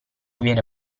viene